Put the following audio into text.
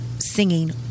singing